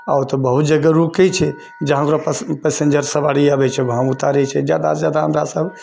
आओर बहुत जगह रुकए छै जहाँ ओकरा पैसेन्जर सवारी अबै छै वहाँ उतारै छै जादासँ जादा हमरा सभ